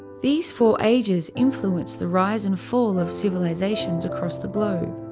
these four ages influence the rise and fall of civilizations across the globe.